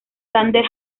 xander